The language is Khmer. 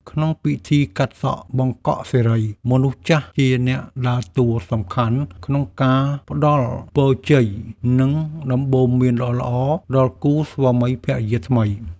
ក្នុងពិធីកាត់សក់បង្កក់សិរី មនុស្សចាស់ជាអ្នកដើរតួសំខាន់ក្នុងការផ្តល់ពរជ័យ និងដំបូន្មានល្អៗដល់គូស្វាមីភរិយាថ្មី។